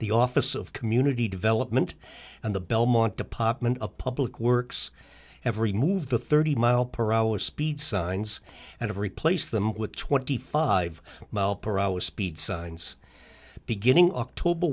the office of community development and the belmont to pop in a public works every move the thirty mile per hour speed signs and of replace them with twenty five mile per hour speed signs beginning october